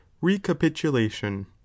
Recapitulation